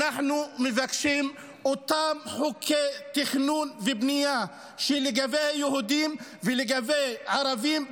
אנחנו מבקשים אותם חוקי תכנון ובנייה לגבי יהודים ולגבי ערבים,